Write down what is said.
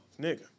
nigga